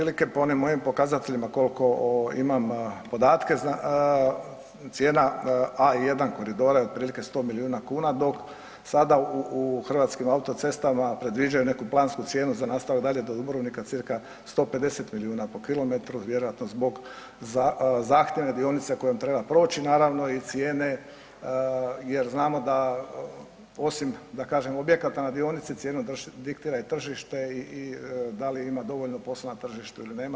Znači otprilike po onim mojim pokazateljima koliko imam podatke cijena A1 koridora je otprilike 100 milijuna kuna, dok sada u Hrvatskim autocestama predviđaju neku plansku cijenu za nastavak dalje do Dubrovnika cca 150 milijuna po kilometru vjerojatno zbog zahtjevne dionice kojom treba proći, naravno i cijene jer znamo da osim da kažem objekata na dionice cijene diktira i tržište i da li ima dovoljno posla na tržištu ili nema.